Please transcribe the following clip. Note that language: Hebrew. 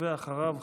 ואחריו,